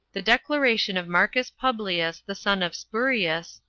the declaration of marcus publius, the son of spurius,